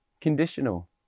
conditional